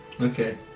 Okay